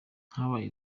habaye